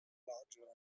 larger